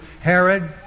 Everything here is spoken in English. Herod